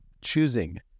choosing